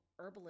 herbalism